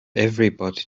everybody